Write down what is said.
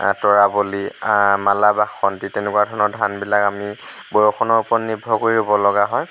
তৰাবলি মালা বা বাসন্তী তেনেকুৱা ধৰণৰ ধানবিলাক আমি বৰষুণৰ ওপৰত নিৰ্ভৰ কৰি ৰুব লগা হয়